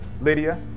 lydia